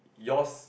yours